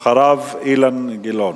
אחריו, אילן גילאון.